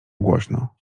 głośno